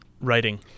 Writing